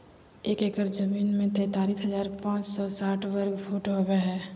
एक एकड़ जमीन में तैंतालीस हजार पांच सौ साठ वर्ग फुट होबो हइ